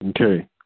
okay